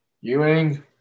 Ewing